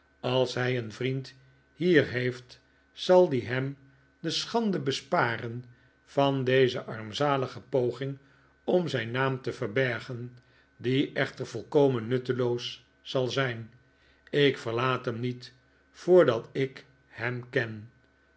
als hij een vriend hier heeft zal die hem de schande besparen van deze armzalige poging om zijn naam te verbergen die echter volkomen nutteloos zal zijn ik verlaat hem niet voordat ik hem ken